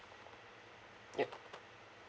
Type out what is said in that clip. yup